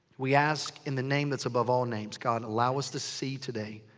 we ask, in the name that's above all names. god, allow us to see today